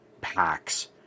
packs